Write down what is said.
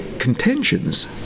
contentions